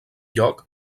lloc